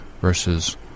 versus